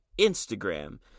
Instagram